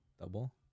Double